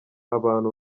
abantu